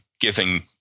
giving